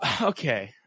okay